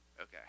Okay